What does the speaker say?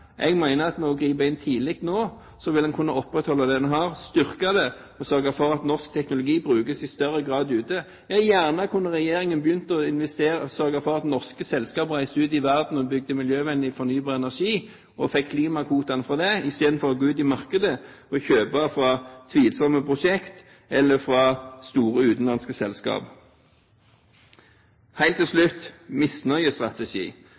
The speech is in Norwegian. Jeg mener at ved å gripe inn tidlig nå kunne en opprettholde det en har, styrke det og sørge for at norsk teknologi brukes i større grad ute. Regjeringen kunne gjerne begynt å investere og sørge for at norske selskaper reiste ut i verden og bygde miljøvennlig fornybar energi og fikk klimakvotene fra det, istedenfor å gå ut i markedet og kjøpe fra tvilsomme prosjekter eller fra store utenlandske selskaper. Helt til